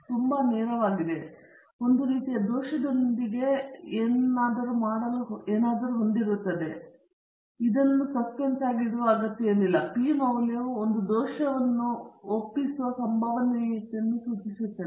ಇದು ತುಂಬಾ ನೇರವಾಗಿದೆ ಇದು ಒಂದು ರೀತಿಯ ದೋಷದೊಂದಿಗೆ ಮಾಡಲು ಏನಾದರೂ ಹೊಂದಿದೆ ಮತ್ತು ಸಸ್ಪೆನ್ಸ್ನಲ್ಲಿ ಇಡಲು ಅಗತ್ಯವಿಲ್ಲ p ಮೌಲ್ಯವು ಒಂದು ದೋಷವನ್ನು ಒಪ್ಪಿಸುವ ಸಂಭವನೀಯತೆಯನ್ನು ಸೂಚಿಸುತ್ತದೆ